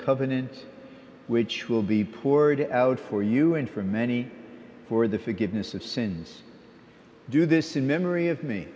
covenant which will be poor and out for you and for many for the forgiveness of sins do this in memory of me